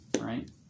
right